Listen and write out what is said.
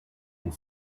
and